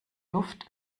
luft